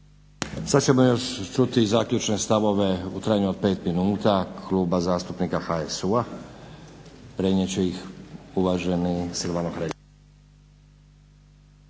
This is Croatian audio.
Sad ćemo još čuti i zaključne stavove u trajanju od 5 minuta kluba zastupnika HSU-a. Prenijet će ih uvaženi Silvano Hrelja.